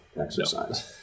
exercise